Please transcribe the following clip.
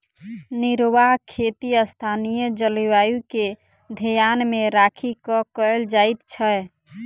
निर्वाह खेती स्थानीय जलवायु के ध्यान मे राखि क कयल जाइत छै